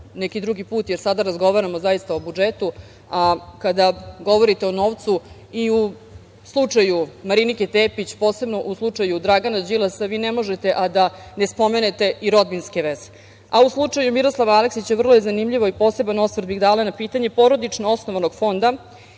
neki drugi put, jer sada razgovaramo zaista o budžetu, a kada govorite o novcu i o slučaju Marinike Tepić, posebno o slučaju Dragana Đilasa, vi ne možete a da ne spomenete i rodbinske veze.U slučaju Miroslava Aleksića vrlo je zanimljivo i poseban osvrt bih dala na pitanje porodično osnovanog fonda